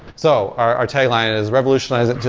so our our tagline is revolutionize it.